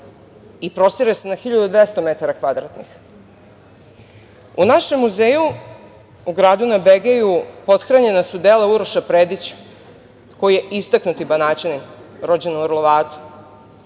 i prostire se na 1.200 metara kvadratnih.U našem muzeju, u gradu na Begeju, pothranjena su dela Uroša Predića, koji je istaknuti Banaćanin, rođen u Orlovatu.